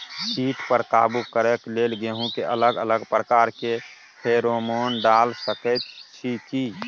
कीट पर काबू करे के लेल गेहूं के अलग अलग प्रकार के फेरोमोन डाल सकेत छी की?